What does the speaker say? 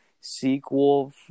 sequel